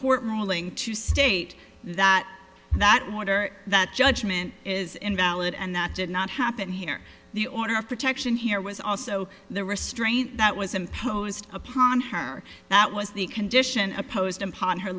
court ruling to state that that water that judgment is invalid and that did not happen here the order of protection here was also the restraint that was imposed upon her that was the condition opposed upon her